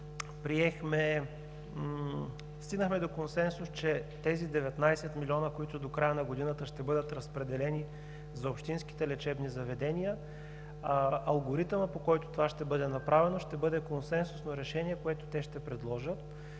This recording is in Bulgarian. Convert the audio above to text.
с тях стигнахме до консенсус, че тези 19 млн. лв., които до края на годината ще бъдат разпределени за общинските лечебни заведения, алгоритъмът, по който това ще бъде направено, ще бъде консенсусно решение, което те ще предложат,